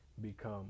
become